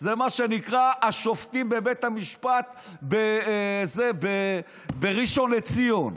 זה מה שנקרא השופטים בבית המשפט בראשון לציון,